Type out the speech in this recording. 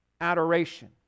adoration